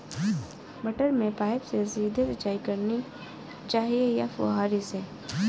मटर में पाइप से सीधे सिंचाई करनी चाहिए या फुहरी से?